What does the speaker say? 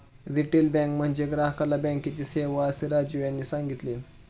retail bank म्हणजे ग्राहकाला बँकेची सेवा, असे राजीव यांनी सांगितले